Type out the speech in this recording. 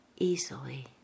Easily